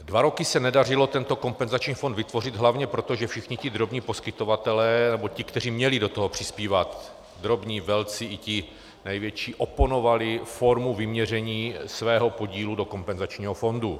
Dva roky se nedařilo tento kompenzační fond vytvořit hlavně proto, že všichni ti drobní poskytovatelé, nebo ti, kteří do toho měli přispívat, drobní, velcí i ti největší, oponovali formu vyměření svého podílu do kompenzačního fondu.